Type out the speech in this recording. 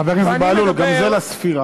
חברי בהלול, גם זה לספירה.